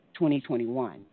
2021